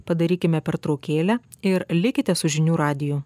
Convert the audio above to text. padarykime pertraukėlę ir likite su žinių radiju